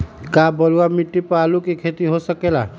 का बलूअट मिट्टी पर आलू के खेती हो सकेला?